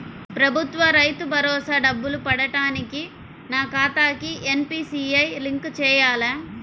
ప్రభుత్వ రైతు భరోసా డబ్బులు పడటానికి నా ఖాతాకి ఎన్.పీ.సి.ఐ లింక్ చేయాలా?